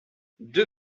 deux